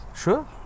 sure